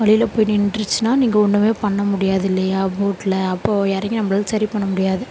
வழில போய் நின்றுச்சுன்னா நீங்கள் ஒன்றுமே பண்ண முடியாதில்லையா போட்டில் அப்போது இறங்கி நம்மளால சரிபண்ண முடியாது